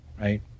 right